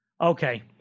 Okay